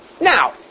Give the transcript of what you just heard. Now